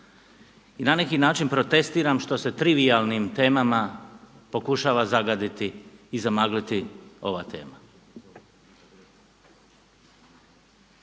i na neki načini protestiram što se trivijalnim temama pokušava zagaditi i zamagliti ova tema.